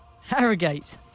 Harrogate